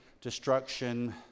destruction